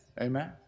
amen